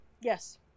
Yes